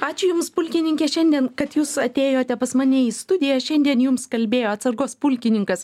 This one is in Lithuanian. ačiū jums pulkininke šiandien kad jūs atėjote pas mane į studiją šiandien jums kalbėjo atsargos pulkininkas